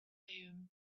fayoum